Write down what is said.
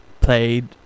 played